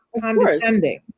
condescending